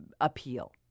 appeal